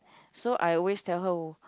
so I always tell her